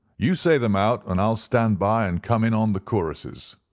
you say them out, and i'll stand by and come in on the choruses.